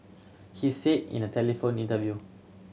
he said in a telephone interview